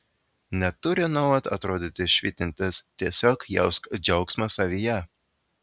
neturi nuolat atrodyti švytintis tiesiog jausk džiaugsmą savyje